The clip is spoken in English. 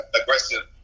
aggressive